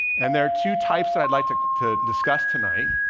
and there are two types that i'd like to to discuss tonight.